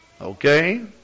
Okay